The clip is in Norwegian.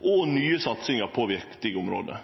og nye satsingar på viktige område.